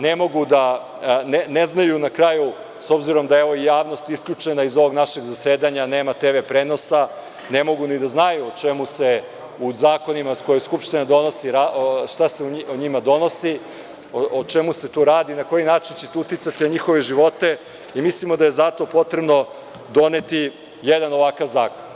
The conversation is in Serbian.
Ne znaju na kraju, s obzirom da evo javnost isključena iz ovog našeg zasedanja, nema tv prenosa, ne mogu ni da znaju o čemu se u zakonima koje Skupština donosi, šta se u njima donosi, o čemu se tu radi, na koji način će to uticati na njihove živote i mislimo da je zato potrebno doneti jedan ovakav zakon.